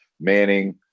manning